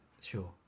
Sure